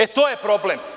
E, to je problem.